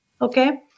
okay